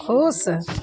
ख़ुश